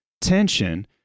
tension